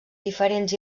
diferents